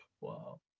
Wow